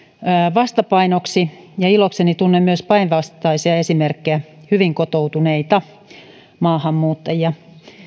vastapainoksi ja ilokseni tunnen myös päinvastaisia esimerkkejä hyvin kotoutuneita maahanmuuttajia